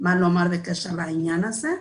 מה לומר בקשר לעניין הזה.